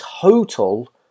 total